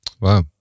Wow